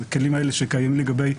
הכלים האלה שקיימים לגבי,